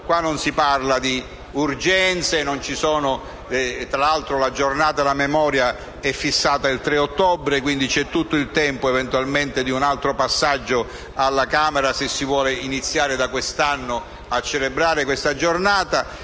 qui non si parla di urgenze. Tra l'altro, la Giornata della memoria è fissata il 3 ottobre, quindi c'è tutto il tempo, eventualmente, per un altro passaggio alla Camera, se si vuole iniziare da quest'anno a celebrare questa giornata.